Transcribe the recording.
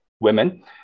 women